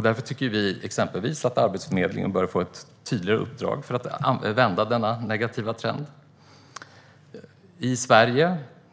Därför tycker vi exempelvis att Arbetsförmedlingen bör få ett tydligare uppdrag att vända denna negativa trend. I Sverige